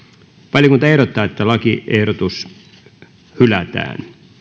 valiokunta ehdottaa että lakiehdotus hylätään